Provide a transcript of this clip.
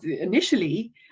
initially